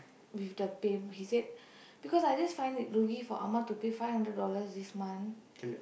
with the payment he said because I just find it rugi for amma to pay five hundred dollar this month